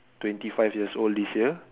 twenty five years old this year